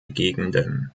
gegenden